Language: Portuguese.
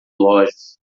lojas